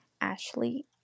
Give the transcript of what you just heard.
Ashley